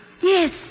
Yes